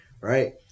right